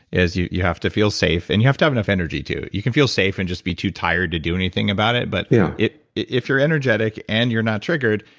is you you have to feel safe, and you have to have enough energy, too. you can feel safe and just be too tired to do anything about it, but yeah if you're energetic and you're not triggered,